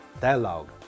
dialogue